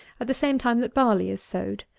at the same time that barley is sowed.